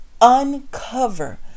uncover